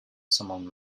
someone